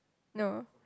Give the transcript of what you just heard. no